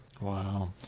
Wow